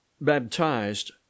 baptized